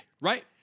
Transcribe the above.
Right